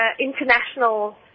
international